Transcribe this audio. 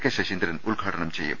K Saseendran ഉദ്ഘാടനം ചെയ്യും